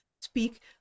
speak